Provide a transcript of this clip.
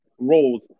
Roles